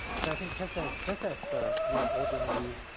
so i think just as just as for you know, ordinary,